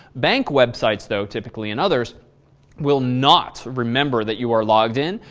bank websites, though, typically and others will not remember that you are logged in,